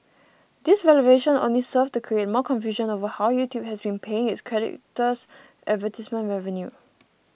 this revelation only served to create more confusion over how YouTube has been paying its creators advertisement revenue